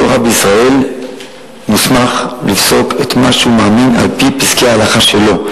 כל רב בישראל מוסמך לפסוק את מה שהוא מאמין על-פי פסקי ההלכה שלו.